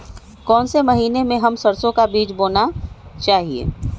कौन से महीने में हम सरसो का बीज बोना चाहिए?